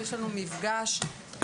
יש לנו מפגש עם